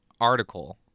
article